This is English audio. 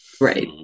right